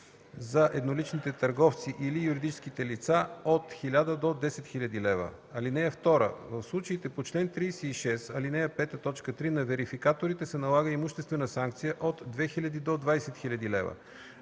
за едноличните търговци или юридическите лица, от 1000 до 10 000 лв. (2) В случаите по чл. 36, ал. 5, т. 3 на верификаторите се налага имуществена санкция от 2000 до 20 000 лв.